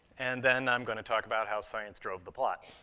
and then i'm going to talk about how science drove the plot,